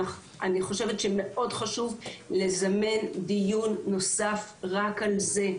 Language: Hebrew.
אני חושבת שמאוד חשוב לזמן דיון נוסף רק על זה,